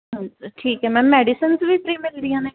ਹਾਂ ਠੀਕ ਹੈ ਮੈਮ ਮੈਡੀਸਨਸ ਵੀ ਫਰੀ ਮਿਲਦੀਆਂ ਨੇ